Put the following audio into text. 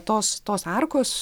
tos tos arkos